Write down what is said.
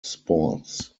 sports